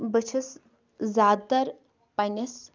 بہٕ چھَس زیادٕتَر پنٛںِس